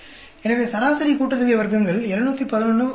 எனவே சராசரி கூட்டுத்தொகை வர்க்கங்கள் 711 2